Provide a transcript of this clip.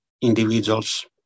individuals